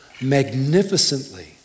magnificently